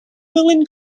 million